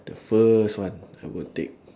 the first one I would take